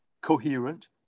coherent